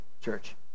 church